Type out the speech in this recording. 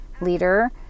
leader